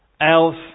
else